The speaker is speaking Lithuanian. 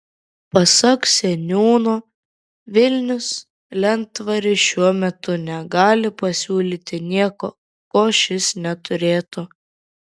pasak seniūno vilnius lentvariui šiuo metu negali pasiūlyti nieko ko šis neturėtų